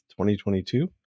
2022